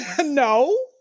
no